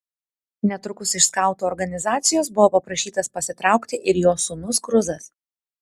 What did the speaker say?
netrukus iš skautų organizacijos buvo paprašytas pasitraukti ir jos sūnus kruzas